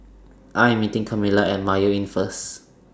I Am meeting Kamila At Mayo Inn First